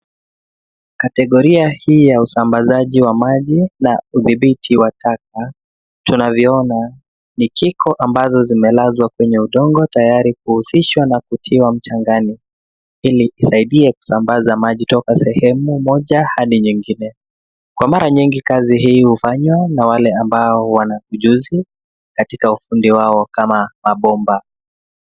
Kategoria hii ya usambazaji wa maji na udhibiti wa taka tunavyoona ni kiko ambazo zimelazwa kwenye udongo tayari kuhusishwa na kutiwa mchangani ili kusaidia kusambaza maji toka sehemu moja hadi nyingine. Kwa mara nyingi kazi hii hufanywa na wale ambao wana ujuzi katika ufundi wao kama mabomba.